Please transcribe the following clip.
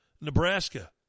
Nebraska